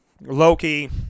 Loki